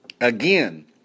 again